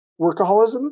workaholism